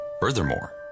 Furthermore